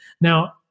Now